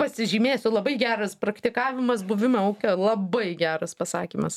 pasižymėsiu labai geras praktikavimas buvimo auka labai geras pasakymas